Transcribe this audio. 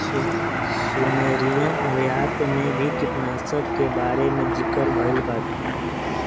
Sumerian सभ्यता में भी कीटनाशकन के बारे में ज़िकर भइल बाटे